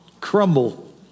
crumble